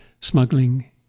smuggling